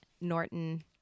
norton